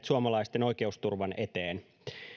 suomalaisten oikeusturvan eteen